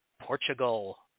Portugal